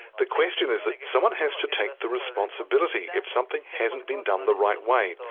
the question is that someone has to take the responsibility if something hasn't been done the right way.